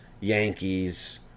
Yankees